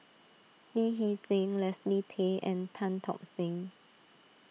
Lee Hee Seng Leslie Tay and Tan Tock Seng